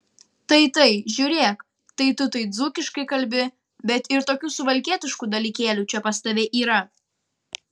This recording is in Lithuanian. tai tai žiūrėk tai tu tai dzūkiškai kalbi bet ir tokių suvalkietiškų dalykėlių čia pas tave yra